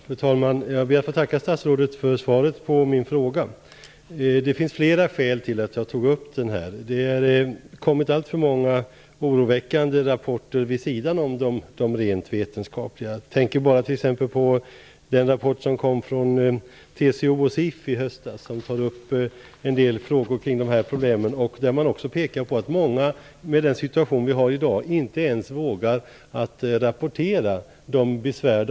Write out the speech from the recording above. Fru talman! Jag ber att få tacka statsrådet för svaret på min fråga. Det finns flera skäl till att jag ställde frågan. Det har kommit alltför många oroväckande rapporter vid sidan av de rent vetenskapliga. Jag tänker t.ex. på en rapport som kom från TCO och SIF i höstas och som tar upp en del frågor kring dessa problem. I rapporten pekar man på att många i dagens läge inte ens vågar rapportera sina besvär.